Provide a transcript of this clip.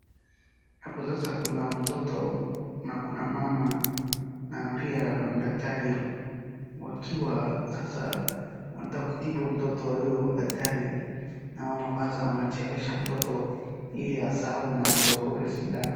Hapo sasa kuna mtoto na kuna mama na pia kuna daktari wakiwa sasa wanataka kutibu mtoto. Huyu daktari na mama kwanza wanachekesha mtoto ili asahau na asiogope sindano.